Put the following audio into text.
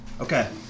Okay